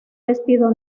vestido